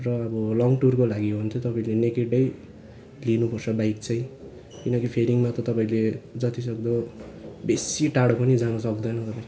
र अब लङ टुरको लागि हो भने चाहिँ तपाईँले नेकेटै लिनुपर्छ बाइक चाहिँ किनकि फेरिङमा त तपाईँले जतिसक्दो बेसी टाढो पनि जान सक्दैन तपाईँ